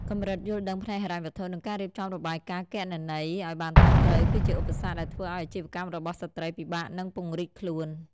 កម្រិតយល់ដឹងផ្នែកហិរញ្ញវត្ថុ និងការរៀបចំរបាយការណ៍គណនេយ្យឱ្យបានត្រឹមត្រូវ គឺជាឧបសគ្គដែលធ្វើឱ្យអាជីវកម្មរបស់ស្ត្រីពិបាកនឹងពង្រីកខ្លួន។